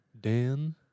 Dan